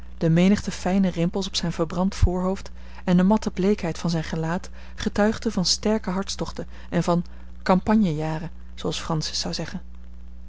de menigte fijne rimpels op zijn verbrand voorhoofd en de matte bleekheid van zijn gelaat getuigden van sterke hartstochten en van campagnejaren zooals francis zou zeggen